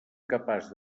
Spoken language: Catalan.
capaç